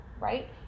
right